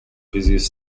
busiest